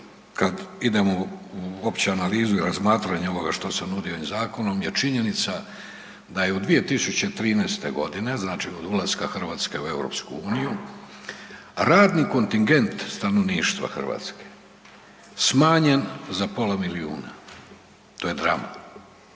kad idemo u opću analizu i razmatranje ovoga što se nudi ovim zakonom je činjenica da je u 2013.g., znači od ulaske Hrvatske u EU radni kontingent stanovništva Hrvatske smanjen za pola milijuna, to je drama,